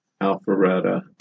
Alpharetta